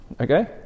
Okay